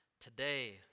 today